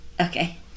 Okay